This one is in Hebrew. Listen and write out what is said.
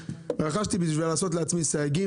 רכשתי אותו על מנת לעשות לו סייגים,